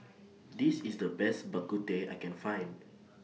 This IS The Best Bak Kut Teh I Can Find